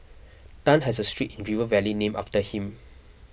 Tan has a street in River Valley named after him